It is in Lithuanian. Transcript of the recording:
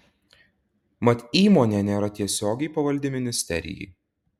mat įmonė nėra tiesiogiai pavaldi ministerijai